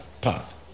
path